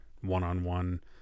one-on-one